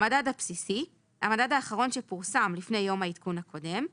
"המדד הבסיסי" המדד האחרון שפורסם לפני יום העדכון הקודם,